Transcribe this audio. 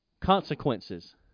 consequences